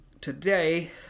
Today